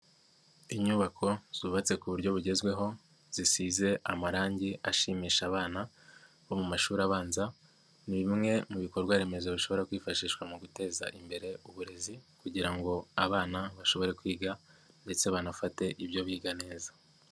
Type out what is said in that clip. inyubako zubatse ku buryo bugezweho zisize amarangi ashimisha abana bo mu mashuri abanza, ni bimwe mu bikorware remezo bishobora kwifashishwa mu guteza imbere uburezi kugira ngo abana bashobore kwiga ndetse banafate ibyo biga neza.